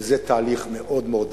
וזה תהליך מאוד מאוד ארוך.